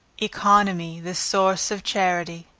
economy the source of charity.